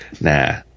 Nah